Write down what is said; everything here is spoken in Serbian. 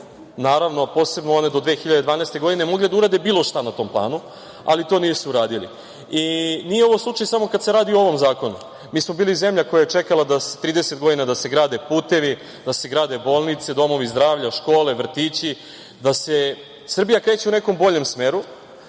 naravno, a posebno one do 2012. godine, mogle da urade bilo šta na tom planu, ali to nisu uradile. Nije ovo slučaj samo kada se radi o ovom zakonu. Mi smo bili zemlja koja je čekala da 30 godina da se grade putevi, da se grade bolnice, domovi zdravlja, škole, vrtići, da se Srbija kreće u nekom boljem smeru,